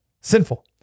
sinful